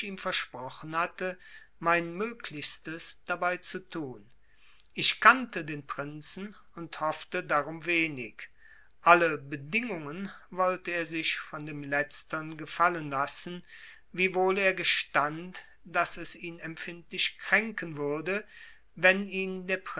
versprochen hatte mein möglichstes dabei zu tun ich kannte den prinzen und hoffte darum wenig alle bedingungen wollte er sich von dem letztern gefallen lassen wiewohl er gestand daß es ihn empfindlich kränken würde wenn ihn